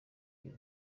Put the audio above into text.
iyo